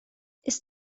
ist